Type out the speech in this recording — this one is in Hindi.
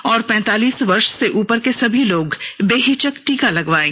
और पैंतालीस वर्ष से उपर के सभी लोग बेहिचक टीका लगवायें